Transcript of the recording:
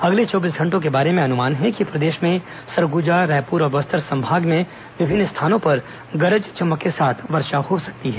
अगले चौबीस घंटों के बारे में अनुमान है कि प्रदेश में सरगुजा रायपुर और बस्तर संभाग में विभिन्न स्थानों पर गरज चमक के साथ वर्षा हो सकती है